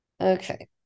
Okay